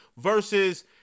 versus